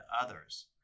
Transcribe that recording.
others